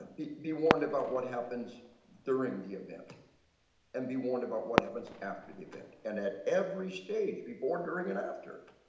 be warned about what happens during the event and be warned about what happens after the event and at every stage before, during and after.